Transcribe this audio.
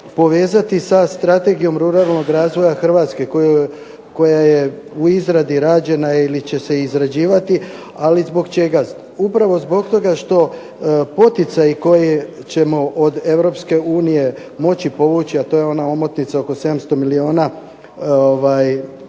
povezati sa Strategijom ruralnog razvoja Hrvatske koja je u izradi rađena ili će se izrađivati. Ali zbog čega. Upravo zbog toga što poticaji koje ćemo od Europske unije moći povući, a to je ona omotnica oko 700 milijuna